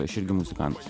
aš irgi muzikantas